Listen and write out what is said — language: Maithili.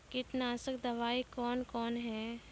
कीटनासक दवाई कौन कौन हैं?